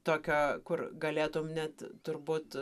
tokio kur galėtum net turbūt